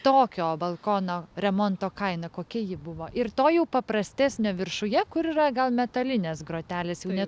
tokio balkono remonto kaina kokia ji buvo ir to jau paprastesnio viršuje kur yra gal metalinės grotelės jau ne